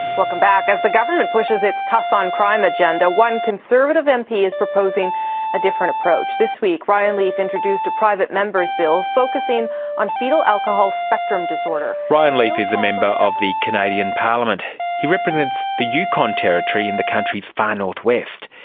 welcome back. as the government pushes its tough on crime agenda, one conservative mp is proposing a different approach. this week ryan leef introduced a private member's bill focusing on fetal alcohol spectrum disorder, damien carrick ryan leef is a member of the canadian parliament. he represents the yukon territory in the country's far north-west.